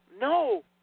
no